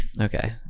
okay